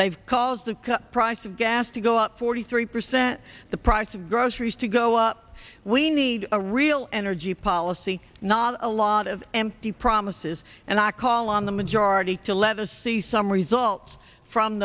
have caused the price of gas to go up forty three percent the price of groceries to go up we need a real energy policy not a lot of empty promises and i call on the majority to let us see some results from